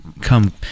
come